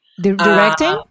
Directing